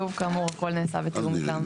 שוב, כאמור, הכל נעשה בתיאום איתם.